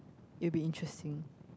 it'll be interesting